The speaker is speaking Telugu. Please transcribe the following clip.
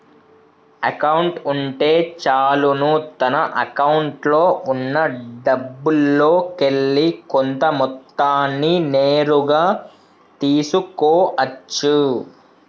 అకౌంట్ ఉంటే చాలును తన అకౌంట్లో ఉన్నా డబ్బుల్లోకెల్లి కొంత మొత్తాన్ని నేరుగా తీసుకో అచ్చు